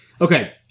Okay